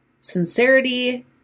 sincerity